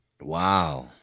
Wow